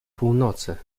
północy